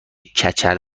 کچل